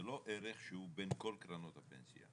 זה לא ערך שהוא בין כל קרנות הפנסיה?